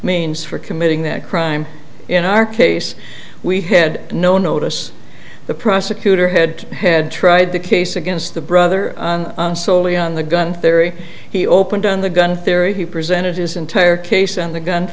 means for committing that crime in our case we had no notice the prosecutor had had tried the case against the brother solely on the gun theory he opened on the gun theory he presented his entire case and the gun